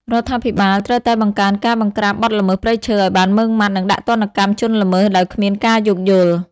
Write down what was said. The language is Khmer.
រដ្ឋាភិបាលត្រូវតែបង្កើនការបង្រ្កាបបទល្មើសព្រៃឈើឲ្យបានម៉ឺងម៉ាត់ និងដាក់ទណ្ឌកម្មជនល្មើសដោយគ្មានការយោគយល់។